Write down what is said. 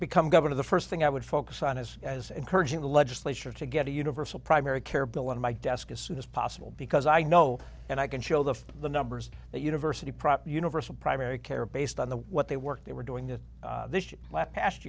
become governor the first thing i would focus on is as encouraging the legislature to get a universal primary care bill in my desk as soon as possible because i know and i can show that the numbers that university prop universal primary care based on the what they work they were doing that this